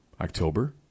October